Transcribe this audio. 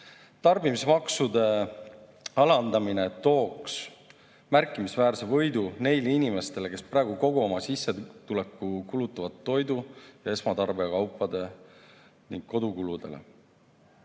Tarbimismaksude alandamine tooks märkimisväärse võidu neile inimestele, kes praegu kogu oma sissetuleku kulutavad toidu ja esmatarbekaupade peale ning kodukuludele.